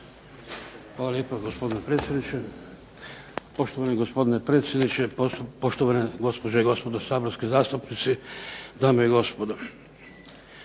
Hvala lijepa gospodine predsjedniče. Poštovani gospodine predsjedniče, poštovane gospođe i gospodo saborski zastupnici, dame i gospodo.